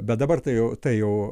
bet dabar tai jau tai jau